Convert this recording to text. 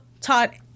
taught